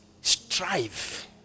strive